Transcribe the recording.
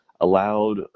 allowed